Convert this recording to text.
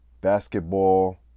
basketball